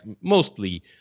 mostly